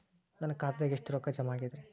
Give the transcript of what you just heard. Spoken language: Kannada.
ನನ್ನ ಖಾತೆದಾಗ ಎಷ್ಟ ರೊಕ್ಕಾ ಜಮಾ ಆಗೇದ್ರಿ?